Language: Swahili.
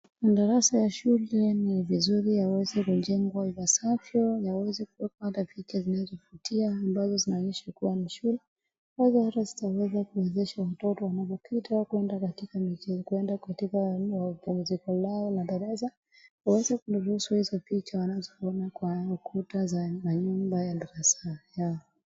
Darasa ya shule ni vizuri yaweze kujengwa ipasavyo na yaweze kuwekwa hata picha zinazovutia ambazo zinaonyesha kuwa ni shule. Ambazo hata zitaweza kuwezesha mtoto anavyopita kuenda katika miche, kuenda katika mapumziko lao la darasa. Waweze kuruhusu hizo picha wanazoona kwa ukuta za manyumba ya darasa yao.